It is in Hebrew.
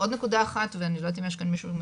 עוד נקודה אחת ואני לא יודעת אם יש כאן מישהו,